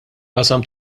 qasam